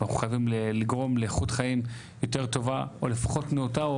אנחנו חייבים לגרום לאיכות חיים יותר טובה או לפחות נאותה,